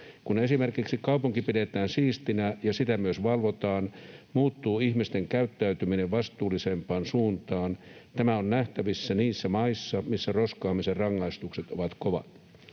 Kun esimerkiksi kaupunki pidetään siistinä ja sitä myös valvotaan, muuttuu ihmisten käyttäytyminen vastuullisempaan suuntaan. Tämä on nähtävissä niissä maissa, missä roskaamisen rangaistukset ovat kovat.